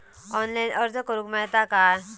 Online अर्ज करूक मेलता काय?